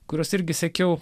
kuriuos irgi sekiau